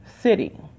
City